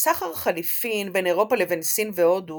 סחר חליפין בין אירופה לבין סין והודו